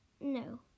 No